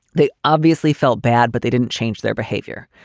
they obviously felt bad, but they didn't change their behavior.